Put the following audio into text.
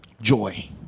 joy